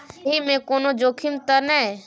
एहि मे कोनो जोखिम त नय?